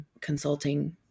consulting